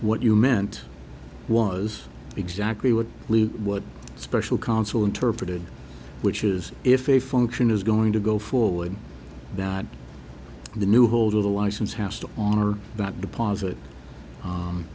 what you meant was exactly what lou what special counsel interpreted which is if a function is going to go forward that the new holder of the license has to honor that deposit